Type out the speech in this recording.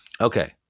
Okay